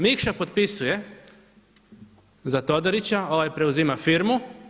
Mikša potpisuje za Todorića, ovaj preuzima firmu.